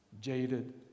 Jaded